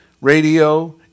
radio